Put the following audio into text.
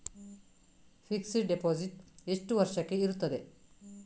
Fixed deposit ಎಷ್ಟು ವರ್ಷಕ್ಕೆ ಇರುತ್ತದೆ?